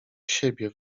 siebie